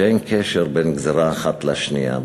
שאין קשר בין גזירה אחת לשנייה,